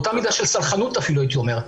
באותה מידה של סלחנות אפילו הייתי אומר,